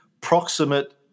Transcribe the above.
proximate